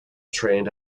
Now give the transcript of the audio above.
trained